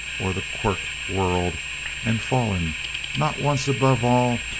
or the quirt whirred and fallen not once, above all,